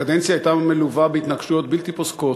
הקדנציה הייתה מלווה בהתנגשויות בלתי פוסקות,